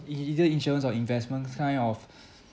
e~ either insurance or investment kind of